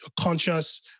conscious